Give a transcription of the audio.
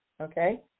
okay